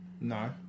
No